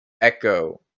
Echo